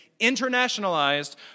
internationalized